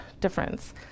difference